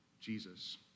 Jesus